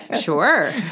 Sure